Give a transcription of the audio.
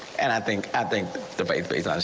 and i think i think the babies ah